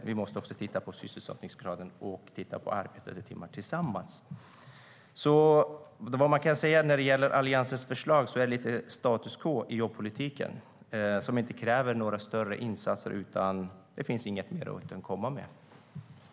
Vi måste titta på sysselsättningsgraden och arbetade timmar tillsammans.